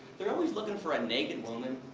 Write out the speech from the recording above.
they're always looking for a naked woman.